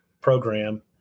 program